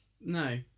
No